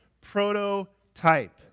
prototype